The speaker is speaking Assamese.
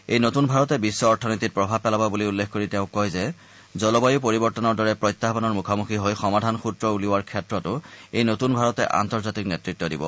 এই নতূন ভাৰতে বিশ্ব অথনীতিত প্ৰভাৱ পেলাব বুলি উল্লেখ কৰি তেওঁ কয় যে জলবায়ু পৰিৱৰ্তনৰ দৰে প্ৰত্যাহানৰ মুখামুখি হৈ সমাধান সূত্ৰ উলিওৱাৰ ক্ষেত্ৰতো এই নতুন ভাৰতে আন্তৰ্জাতিক নেতৃত্ দিব